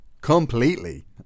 completely